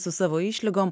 su savo išlygom